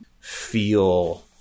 feel